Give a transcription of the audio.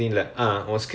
ya correct